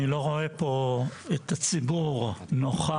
אני לא רואה פה את הציבור נוכח.